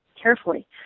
carefully